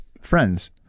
Friends